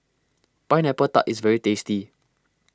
Pineapple Tart is very tasty